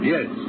Yes